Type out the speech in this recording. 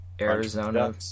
Arizona